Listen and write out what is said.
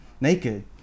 naked